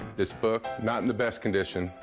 this book not in the best condition.